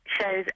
shows